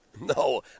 No